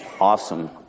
Awesome